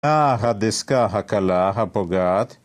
‫ההדסקה הכלה הפוגעת.